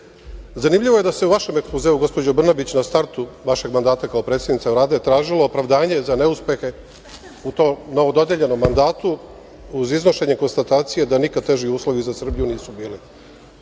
je da se u vašem ekspozeu gospođo Brnabić, na startu vašeg mandata kao predsednica Vlade, tražilo opravdanje za neuspehe u tom novododeljenom mandatu, uz iznošenje konstatacije da nikad teži uslovi za Srbiju nisu bili.